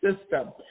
system